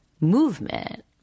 movement